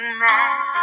man